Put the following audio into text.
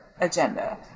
agenda